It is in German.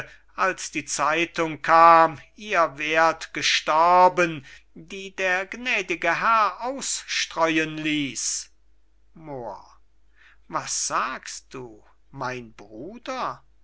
als die zeitung kam ihr wärt gestorben die der gnädige herr ausstreuen ließ moor was sagst du mein bruder